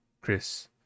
Chris